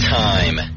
time